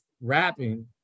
rapping